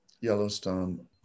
Yellowstone